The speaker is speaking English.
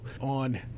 on